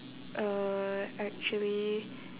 uh actually